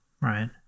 right